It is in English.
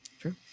True